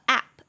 App